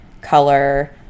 color